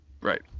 Right